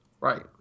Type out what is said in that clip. Right